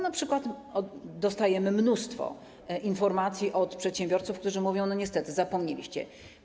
Na przykład dostajemy mnóstwo informacji od przedsiębiorców, którzy mówią: no niestety, zapomnieliście.